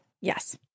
Yes